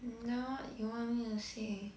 mm then what you want me to say